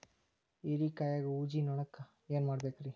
ಹೇರಿಕಾಯಾಗ ಊಜಿ ನೋಣಕ್ಕ ಏನ್ ಮಾಡಬೇಕ್ರೇ?